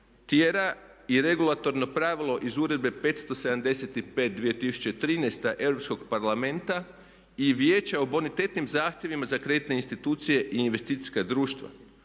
tjera i regulatorno pravilo iz Uredbe 575/2013. Europskog parlamenta i Vijeća o bonitetnim zahtjevima za kreditne institucije i investicijska društva